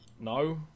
no